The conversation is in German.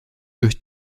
durch